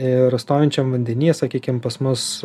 ir stovinčiam vandenyje sakykim pas mus